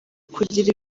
kugira